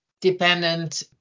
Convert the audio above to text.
dependent